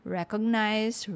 Recognize